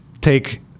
take